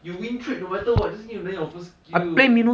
you win trade no matter what you just need to land your first skill